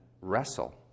wrestle